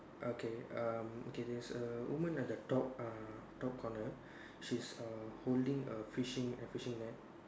okay um okay there is a woman at the top err top corner she's err holding a fishing a fishing net